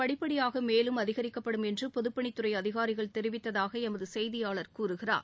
படிப்படியாகமேலும் அதிகரிக்கப்படும் என்றுபொதுப்பணித்துறைஅதிகாரிகள் இது தெரிவித்தாகஎமதுசெய்தியாளர் கூறுகிறார்